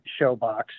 Showbox